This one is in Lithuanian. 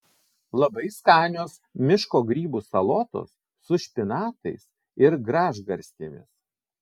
labai skanios miško grybų salotos su špinatais ir gražgarstėmis